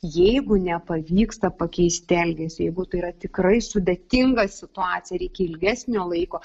jeigu nepavyksta pakeisti elgesį jeigu tai yra tikrai sudėtinga situacija reikia ilgesnio laiko